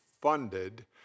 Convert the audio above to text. funded